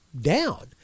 down